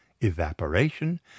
evaporation